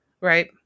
right